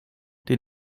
den